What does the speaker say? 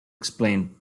explain